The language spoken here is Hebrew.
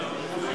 עשר